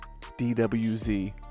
DWZ